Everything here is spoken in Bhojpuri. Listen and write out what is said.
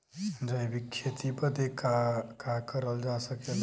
जैविक खेती बदे का का करल जा सकेला?